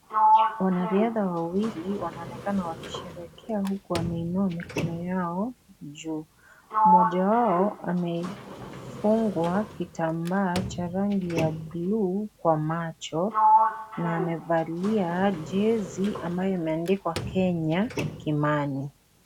Wanaridha wawili wanaonekana wakisherehekea huku wameiinua mikono yao juu. Mmoja wao amefungwa kitambaa cha rangi ya bluu kwa macho na amevalia jezi ambayo imeandikwa Kenya Kimani.